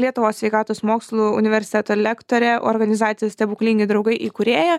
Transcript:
lietuvos sveikatos mokslų universiteto lektorė organizacijos stebuklingi draugai įkūrėja